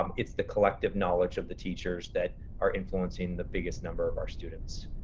um it's the collective knowledge of the teachers that are influencing the biggest number of our students.